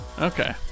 Okay